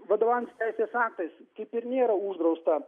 vadovaujantis teisės aktais kaip ir nėra uždrausta